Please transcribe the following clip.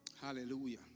hallelujah